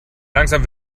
langsam